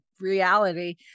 reality